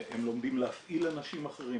הם לומדים להפעיל אנשים אחרים.